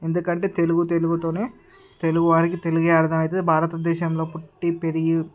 ఎందుకంటే తెలుగు తెలుగుతోనే తెలుగు వారికి తెలుగే అర్థమవుతుంది భారతదేశంలో పుట్టి పెరిగి